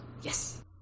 Yes